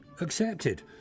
accepted